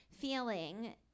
feeling